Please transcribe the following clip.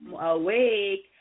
awake